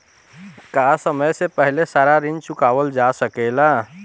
का समय से पहले सारा ऋण चुकावल जा सकेला?